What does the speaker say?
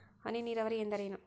ಹನಿ ನೇರಾವರಿ ಎಂದರೇನು?